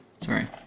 Sorry